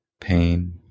pain